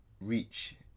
reach